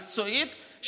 מקצועית,